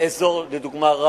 באזור ראמה, לדוגמה,